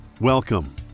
Welcome